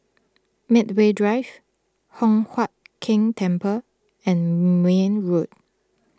Medway Drive Hock Huat Keng Temple and Mayne Road